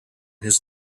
his